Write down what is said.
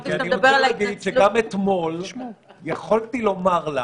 אני רוצה להגיד שגם אתמול יכולתי לומר לה